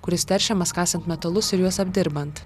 kuris teršiamas kasant metalus ir juos apdirbant